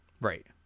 right